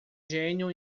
gênio